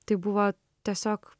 tai buvo tiesiog